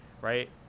right